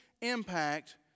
impact